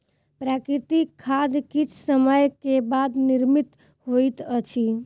प्राकृतिक खाद किछ समय के बाद निर्मित होइत अछि